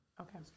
Okay